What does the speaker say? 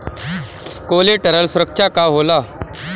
Collateral सुरक्षा का होला?